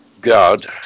God